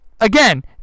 Again